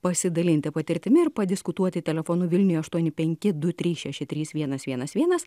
pasidalinti patirtimi ir padiskutuoti telefonu vilniuje aštuoni penkti du trys šeši trys vienas vienas vienas